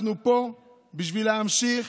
אנחנו פה כדי להמשיך